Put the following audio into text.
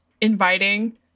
inviting